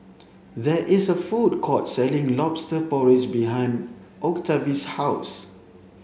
there is a food court selling lobster porridge behind Octavie's house